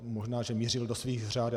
Možná že mířil do svých řad.